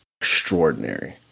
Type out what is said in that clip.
extraordinary